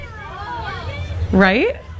right